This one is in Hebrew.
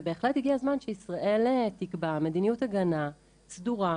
ובהחלט הגיע הזמן שישראל תקבע מדיניות הגנה סדורה,